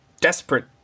desperate